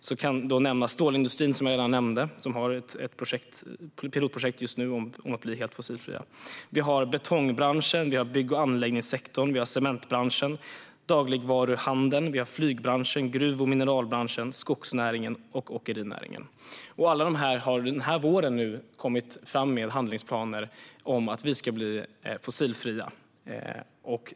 Här kan som sagt nämnas stålindustrin, som just nu har ett pilotprojekt om fossilfrihet, betongbranschen, bygg och anläggningssektorn, cementbranschen, dagligvaruhandeln, flygbranschen, gruv och mineralbranschen, skogsnäringen och åkerinäringen. Alla dessa har nu under våren kommit fram med handlingsplaner för att bli fossilfria.